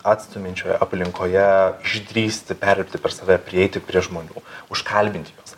atstumiančioje aplinkoje išdrįsti perlipti per save prieiti prie žmonių užkalbinti juos